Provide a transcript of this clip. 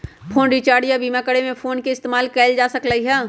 phone recharge या बीमा करे में फोनपे के इस्तेमाल कएल जा सकलई ह